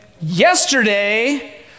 Yesterday